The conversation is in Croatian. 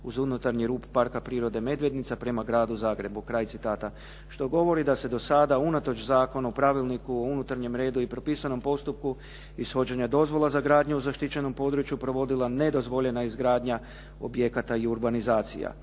uz unutarnji rub Parka prirode “Medvednica“ prema gradu Zagrebu.“ Kraj citata, što govori da se do sada unatoč Zakonu o pravilniku o unutarnjem redu i propisanom postupku ishođenja dozvola za gradnju u zaštićenom području provodila nedozvoljena izgradnja objekata i urbanizacija.